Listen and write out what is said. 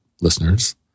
listeners